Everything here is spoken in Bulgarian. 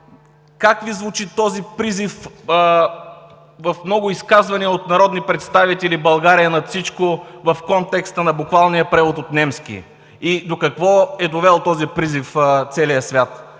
Как Ви звучи този призив в много изказвания от народни представители: „България над всичко!“, в контекста на буквалния превод от немски? До какво е довел този призив целия свят?